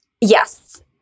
Yes